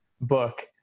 book